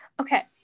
Okay